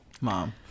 Mom